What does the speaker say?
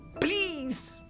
Please